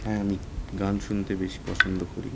হ্যাঁ আমি গান শুনতে বেশি পছন্দ করি